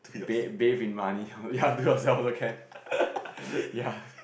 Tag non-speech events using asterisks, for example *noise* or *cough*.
bath bath in money *laughs* ya do yourself also can *laughs* ya